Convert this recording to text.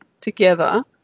together